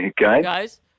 Guys